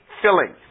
filling